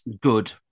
good